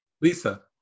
Lisa